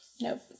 Nope